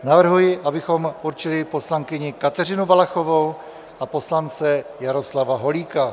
Navrhuji, abychom určili poslankyni Kateřinu Valachovou a poslance Jaroslava Holíka.